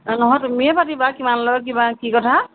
এ নহয় তুমিয়ে পাতিবা কিমান লয় কিমান কি কথা